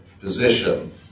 position